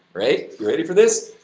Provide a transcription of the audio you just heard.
right? you're ready for this?